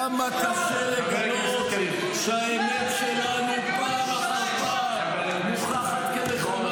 -- כמה קשה לגלות שהאמת שלנו פעם אחר פעם מוכחת כנכונה.